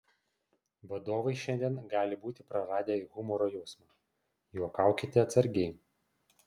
vadovai šiandien gali būti praradę humoro jausmą juokaukite atsargiai